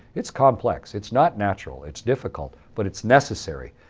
it's complex. it's not natural. it's difficult, but it's necessary.